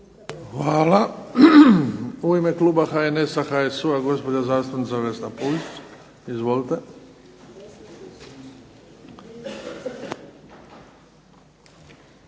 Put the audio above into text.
Hvala. U ime kluba HNS-a, HSU-a, gospođa zastupnica Vesna Pusić. Izvolite.